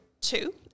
two